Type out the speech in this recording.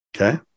Okay